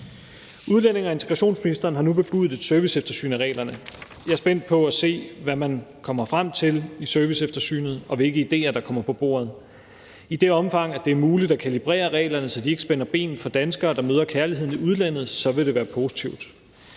Udlændinge- og integrationsministeren har nu bebudet et serviceeftersyn af reglerne. Jeg er spændt på at se, hvad man kommer frem til i serviceeftersynet, og hvilke idéer der kommer på bordet. I det omfang det er muligt at kalibrere reglerne, så de ikke spænder ben for danskere, der møder kærligheden i udlandet, vil det være positivt.